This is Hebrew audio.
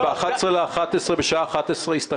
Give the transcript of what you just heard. בכל חמש השנים האחרונות שאני מנכ"ל משרד האוצר,